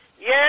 Yes